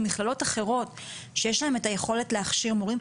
מכללות אחרות שיש להם את היכולת להכשיר מורים,